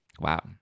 Wow